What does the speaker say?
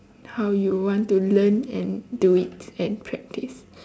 how you want to learn and do it and practice